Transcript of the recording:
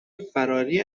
فراری